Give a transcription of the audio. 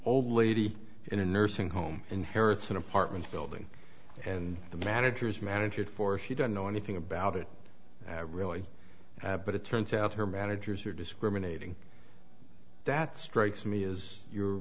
old lady in a nursing home inherits an apartment building and the managers manage it for she don't know anything about it really but it turns out her managers are discriminating that strikes me is your